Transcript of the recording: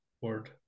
word